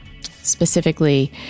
specifically